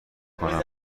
کنم